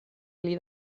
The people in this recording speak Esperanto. pli